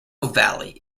valley